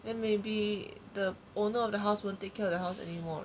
then maybe the owner of the house won't take care of the house anymore